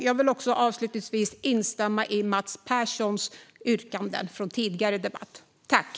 Jag vill avslutningsvis instämma i Mats Perssons yrkanden från tidigare i debatten.